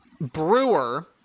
Brewer